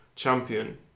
Champion